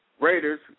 Raiders